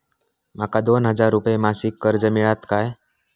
माका दोन हजार रुपये मासिक कर्ज मिळात काय?